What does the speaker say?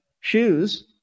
shoes